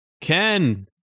Ken